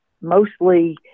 mostly